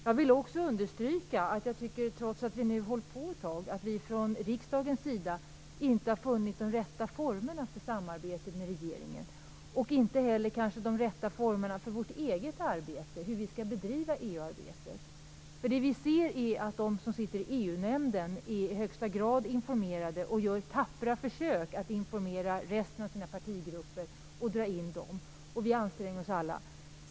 Jag vill vidare understryka att vi från riksdagens sida, trots att vi hållit på ett tag, inte har funnit de rätta formerna för samarbetet med regeringen, inte heller de rätta formerna för vårt eget arbete, hur vi skall bedriva EU-arbetet. De som sitter i EU-nämnden är i högsta grad informerade och gör tappra försök att informera resten av sina partigrupper. Vi anstränger oss alla.